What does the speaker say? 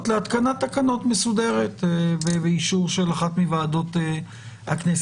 בתוכה יגיעו להתקנת תקנות מסודרת ובאישור של אחת מוועדות הכנסת.